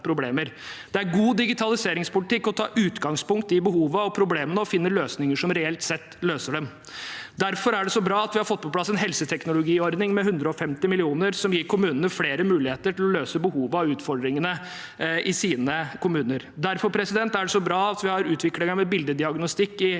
Det er god digitaliseringspolitikk å ta utgangspunkt i behovene og problemene og finne løsninger som reelt sett løser dem. Derfor er det så bra at vi har fått på plass en helseteknologiordning med 150 mill. kr, som gir kommunene flere muligheter til å løse behovene og utfordringene i sine kommuner. Derfor er det så bra at vi har utviklingen med bildediagnostikk i